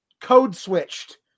code-switched